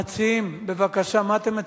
המציעים, בבקשה, מה אתם מציעים?